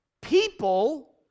people